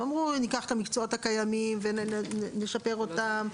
הן אמרו: ניקח את המקצועות הקיימים ונשפר אותם,